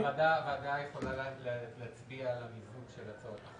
הוועדה יכולה להצביע על המיזוג של הצעות החוק.